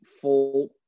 full